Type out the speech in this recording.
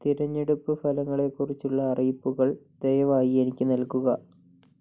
തിരഞ്ഞെടുപ്പ് ഫലങ്ങളെക്കുറിച്ചുള്ള അറിയിപ്പുകൾ ദയവായി എനിക്ക് നൽകുക